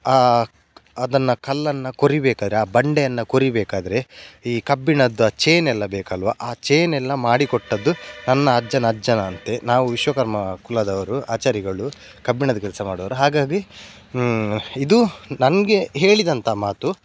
ಆ ಅದನ್ನು ಕಲ್ಲನ್ನು ಕೊರೀಬೇಕಾದ್ರೆ ಆ ಬಂಡೆಯನ್ನು ಕೊರೀಬೇಕಾದರೆ ಈ ಕಬ್ಬಿಣದ ಚೈನೆಲ್ಲ ಬೇಕಲ್ಲವಾ ಆ ಚೈನೆಲ್ಲ ಮಾಡಿಕೊಟ್ಟಿದ್ದು ನನ್ನ ಅಜ್ಜನ ಅಜ್ಜನಂತೆ ನಾವು ವಿಶ್ವಕರ್ಮ ಕುಲದವರು ಆಚಾರಿಗಳು ಕಬ್ಬಿಣದ ಕೆಲಸ ಮಾಡೋವ್ರು ಹಾಗಾಗಿ ಇದು ನನಗೆ ಹೇಳಿದಂಥ ಮಾತು